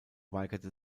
weigerte